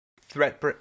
threat